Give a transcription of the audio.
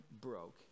broke